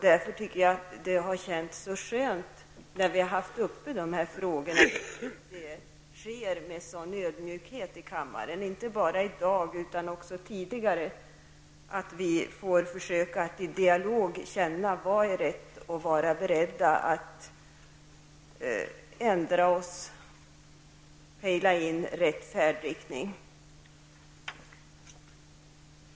Därför tycker jag att det har känts så skönt att dessa frågor har debatterats med sådan ödmjukhet i kammaren, inte bara i dag, utan också tidigare. Vi får försöka att i dialog känna vad som är rätt och vara beredda att ändra oss. Vi får pejla in rätt färdriktning.